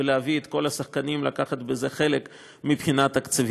ולהביא את כל השחקנים לקחת בזה חלק מבחינה תקציבית.